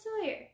Sawyer